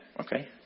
okay